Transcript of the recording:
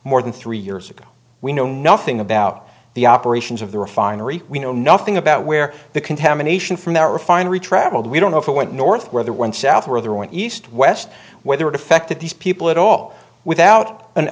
more than three years ago we know nothing about the operations of the refinery we know nothing about where the contamination from that refinery travelled we don't know if it went north where they went south where they were in east west whether it affected these people at all without a